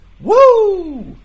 Woo